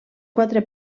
quatre